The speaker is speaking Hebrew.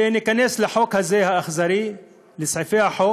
וניכנס לחוק הזה, האכזרי, לסעיפי החוק,